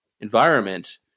environment